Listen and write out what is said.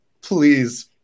please